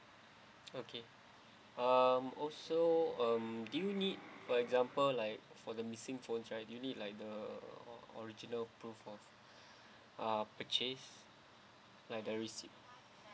okay um also um do you need for example like for the missing phones do you need like the o~ original proof for ah purchase like the receipt